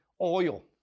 oil